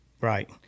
Right